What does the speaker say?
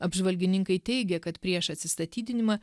apžvalgininkai teigia kad prieš atsistatydinimą